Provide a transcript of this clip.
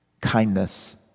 kindness